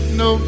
no